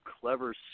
clever